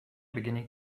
beginning